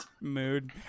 Mood